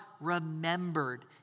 remembered